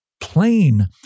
plain